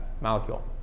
molecule